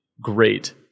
great